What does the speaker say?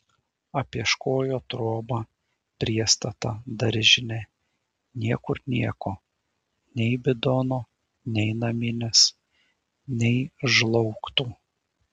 apieškojo trobą priestatą daržinę niekur nieko nei bidono nei naminės nei žlaugtų